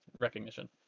recognition